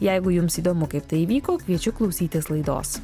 jeigu jums įdomu kaip tai įvyko kviečiu klausytis laidos